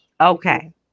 Okay